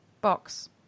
box